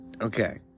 Okay